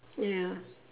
ya